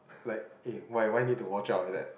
like eh why why need to watch out like that